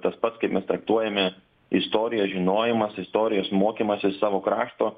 tas pats kaip mes traktuojame istorijos žinojimas istorijos mokymasis savo krašto